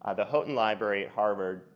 ah the houghton library at harvard,